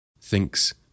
thinks